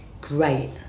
great